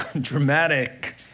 dramatic